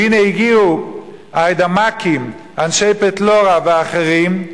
והנה הגיעו היידמקים, אנשי פטליורה ואחרים,